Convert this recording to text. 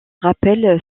rappelle